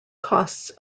costs